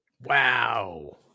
Wow